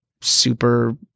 super